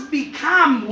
become